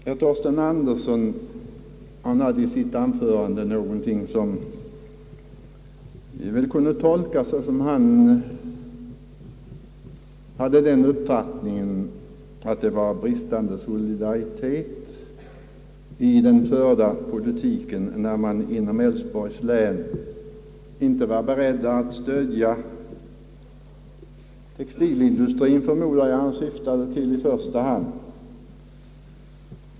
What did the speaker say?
Herr Torsten Andersson gav i sitt anförande uttryck för något som väl kunde tolkas som om han hade den uppfattningen att det var bristande solidaritet i den förda politiken som gjorde att man inte var beredd att stödja textilindustrien inom Älvsborgs län — jag förmodar att han syftade till detta i första hand.